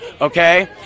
okay